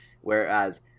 Whereas